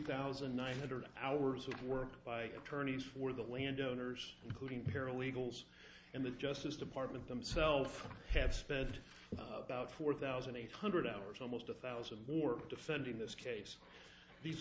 thousand one hundred hours of work by attorneys for the landowners including paralegals and the justice department himself had spent about four thousand eight hundred hours almost a thousand more defending this case these